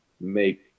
make